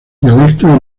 dialectos